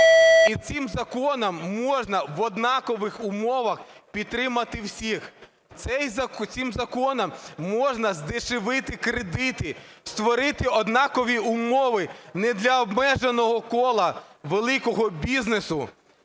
І цим законом можна в однакових умовах підтримати всіх. Цим законом можна здешевити кредити, створити однакові умови не для обмеженого кола великого бізнесу,